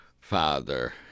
father